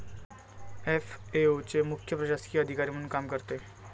FAO चे मुख्य प्रशासकीय अधिकारी म्हणून काम करते